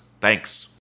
Thanks